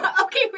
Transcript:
Okay